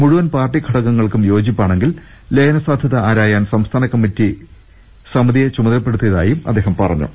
മുഴുവൻ പാർടി ഘടകങ്ങൾക്കും യോജിപ്പാണെങ്കിൽ ലയന സാധ്യത ആരായാൻ സംസ്ഥാ നകമ്മിറ്റി സമിതിയെ ചുമതലപ്പെടുത്തിയതായും അദ്ദേഹം പറഞ്ഞു